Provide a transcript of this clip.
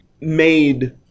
made